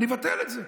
אני מבטל את זה,